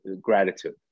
gratitude